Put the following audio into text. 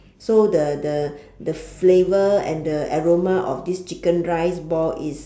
so the the the flavour and the aroma of this chicken rice ball is